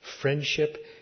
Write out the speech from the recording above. friendship